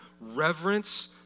reverence